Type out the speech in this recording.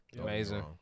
Amazing